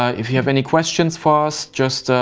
ah if you have any questions for us, just,